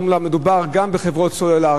מדובר גם בחברות סלולר,